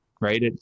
right